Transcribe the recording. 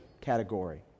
category